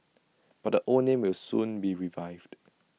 but the old name will soon be revived